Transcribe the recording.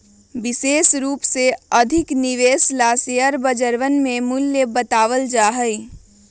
विशेष रूप से अधिक निवेश ला शेयर बजरवन में मूल्य बतावल जा हई